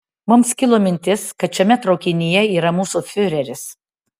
mums kilo mintis kad šiame traukinyje yra mūsų fiureris